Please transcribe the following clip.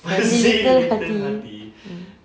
fuzzy little hearty mm